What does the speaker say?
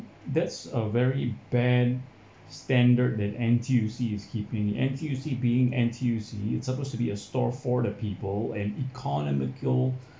that's a very bad standard than N_T_U_C is keeping it N_T_U_C being N_T_U_C it's supposed to be a store for the people and economical